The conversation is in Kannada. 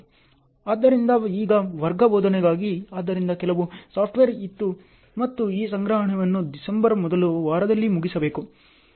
ಆದ್ದರಿಂದ ಈಗ ವರ್ಗ ಬೋಧನೆಗಾಗಿ ಆದ್ದರಿಂದ ಕೆಲವು ಸಾಫ್ಟ್ವೇರ್ ಇತ್ತು ಮತ್ತು ಈ ಸಂಗ್ರಹವನ್ನು ಡಿಸೆಂಬರ್ ಮೊದಲ ವಾರದಲ್ಲಿ ಮುಗಿಸಬೇಕು